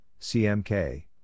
CMK